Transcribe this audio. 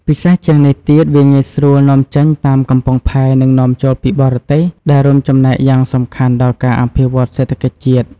ពិសេសជាងនេះទៀត វាងាយស្រួលនាំចេញតាមកំពង់ផែ និងនាំចូលពីបរទេស ដែលរួមចំណែកយ៉ាងសំខាន់ដល់ការអភិវឌ្ឍសេដ្ឋកិច្ចជាតិ។